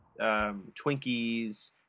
Twinkies